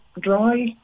dry